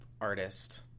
artist